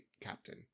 captain